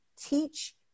teach